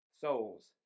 souls